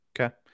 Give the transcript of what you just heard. Okay